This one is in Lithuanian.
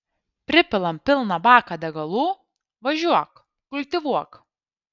pripilam pilną baką degalų važiuok kultivuok